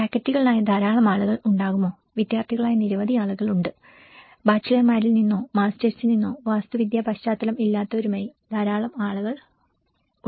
ഫാക്കൽറ്റികളായ ധാരാളം ആളുകൾ ഉണ്ടാകുമോ വിദ്യാർത്ഥികളായ നിരവധി ആളുകളുണ്ട് ബാച്ചിലർമാരിൽ നിന്നോ മാസ്റ്റേഴ്സിൽ നിന്നോ വാസ്തുവിദ്യാ പശ്ചാത്തലം ഇല്ലാത്തവരുമായി ധാരാളം ആളുകൾ ഉണ്ട്